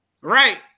Right